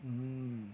hmm